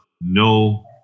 no